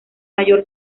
mayor